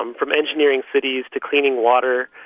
um from engineering cities to cleaning water,